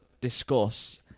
discuss